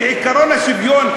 שעקרון השוויון,